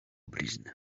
blizny